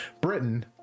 Britain